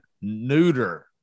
neuter